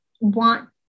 want